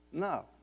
No